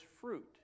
fruit